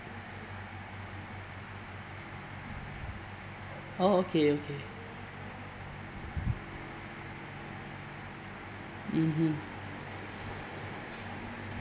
oh okay okay mmhmm